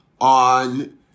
on